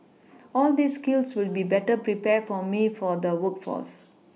all these skills will be better prepare me for the workforce